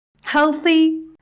healthy